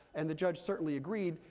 and the judge certainly agreed,